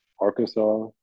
Arkansas